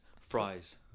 fries